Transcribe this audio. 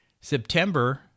September